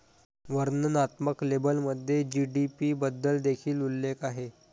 वर्णनात्मक लेबलमध्ये जी.डी.पी बद्दल देखील उल्लेख आहे